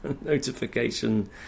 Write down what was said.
notification